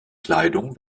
kleidung